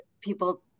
people